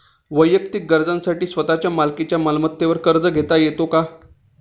वैयक्तिक गरजांसाठी स्वतःच्या मालकीच्या मालमत्तेवर कर्ज घेता येतो का?